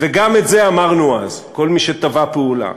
וגם את זה אמרנו אז, כל מי שתבע פעולה.